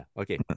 Okay